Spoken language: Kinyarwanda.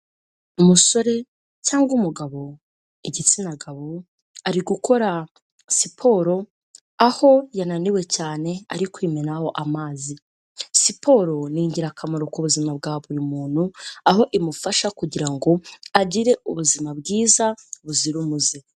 Umusore cyangwa umugabo, igitsina gabo ari gukora siporo aho yananiwe cyane ari kwimenaho amazi. Siporo ni ingirakamaro ku buzima bwa buri muntu aho imufasha kugira ngo agire ubuzima bwiza buzira umuze.